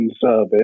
service